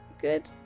good